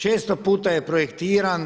Često puta je projektiran.